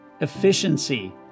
efficiency